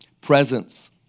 presence